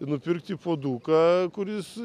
nupirkti puoduką kuris